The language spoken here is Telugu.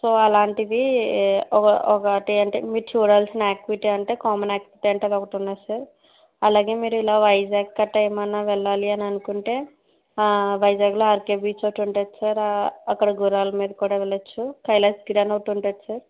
సో అలాంటిది ఒకటి అంటే మీరు చూడాల్సిన యాక్టివిటీ అంటే కామన్ యాక్టివిటీ అది ఒకటి ఉన్నది సార్ అలాగే మీరు ఇలా వైజాగ్ కట్టా ఏమైనా వెళ్ళాలి అని అనుకుంటే వైజాగ్ లో ఆర్ కే బీచ్ ఒకటి ఉంటుంది సార్ అక్కడ గుర్రాల మీద కూడా వెళ్లొచ్చు కైలాసగిరి అని ఒకటి ఉంటుంది సార్